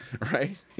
right